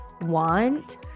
want